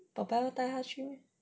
papa 要带她去